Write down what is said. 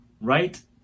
right